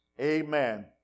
Amen